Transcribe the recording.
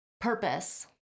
purpose